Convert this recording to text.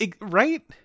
Right